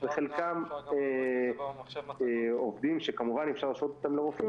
וחלקם עובדים שכמובן אי-אפשר להשוות אותם לרופאים,